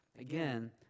Again